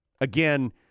Again